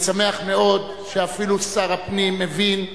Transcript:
אני שמח מאוד שאפילו שר הפנים הבין,